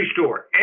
store